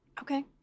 Okay